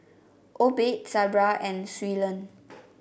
Obed Sabra and Suellen